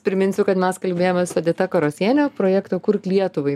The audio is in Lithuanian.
priminsiu kad mes kalbėjomės su edita karosiene projekto kurk lietuvai